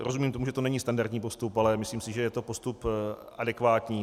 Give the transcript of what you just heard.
Rozumím tomu, že to není standardní postup, ale myslím si, že je to postup adekvátní.